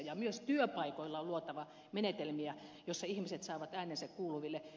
myös työpaikoilla on luotava menetelmiä joissa ihmiset saavat äänensä kuuluville